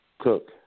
Cook